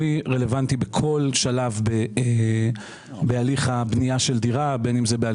לא קשורה בשום אופן ליכולת שלהם